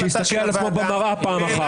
שיסתכל על עצמו במראה פעם אחת.